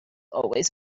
always